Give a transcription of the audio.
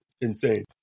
Insane